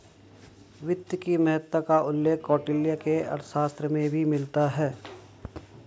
वित्त की महत्ता का उल्लेख कौटिल्य के अर्थशास्त्र में भी मिलता है